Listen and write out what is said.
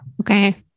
Okay